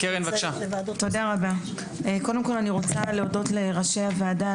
קודם כל אני רוצה להודות לראשי הוועדה,